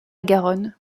garonne